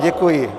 Děkuji.